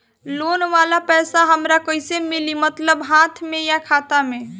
Loan वाला पैसा हमरा कइसे मिली मतलब हाथ में या खाता में?